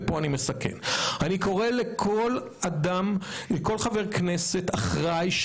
אני קורא לכל חבר כנסת אחראי,